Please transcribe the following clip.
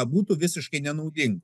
būtų visiškai nenaudin